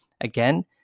Again